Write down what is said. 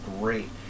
great